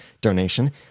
donation